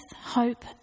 hope